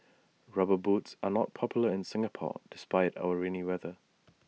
rubber boots are not popular in Singapore despite our rainy weather